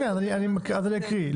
אני אקריא,